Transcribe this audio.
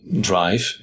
drive